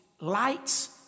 lights